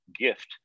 gift